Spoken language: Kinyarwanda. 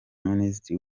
minisitiri